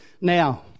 now